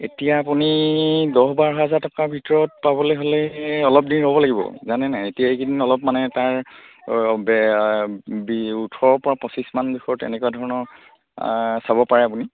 এতিয়া আপুনি দহ বাৰ হাজাৰ টকাৰ ভিতৰত পাবলৈ হ'লে অলপ দিন ৰ'ব লাগিব জানেনে এতিয়া এইকেইদিন অলপ মানে তাৰ বি ওঠৰৰ পৰা পঁচিছমান জোখৰ তেনেকুৱা ধৰণৰ চাব পাৰে আপুনি